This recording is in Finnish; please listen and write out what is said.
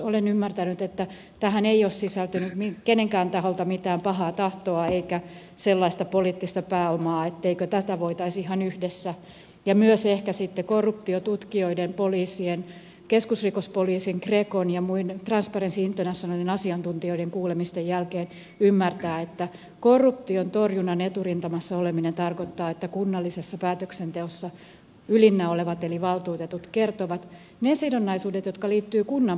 olen ymmärtänyt että tähän ei ole sisältynyt kenenkään taholta mitään pahaa tahtoa eikä sellaista poliittista pääomaa etteikö voitaisi ihan yhdessä ja myös ehkä sitten korruptiotutkijoiden poliisien keskusrikospoliisin grecon ja transparency internationalin asiantuntijoiden kuulemisten jälkeen ymmärtää että korruption torjunnan eturintamassa oleminen tarkoittaa että kunnallisessa päätöksenteossa ylinnä olevat eli valtuutetut kertovat ne sidonnaisuudet jotka liittyvät kunnan päättämiseen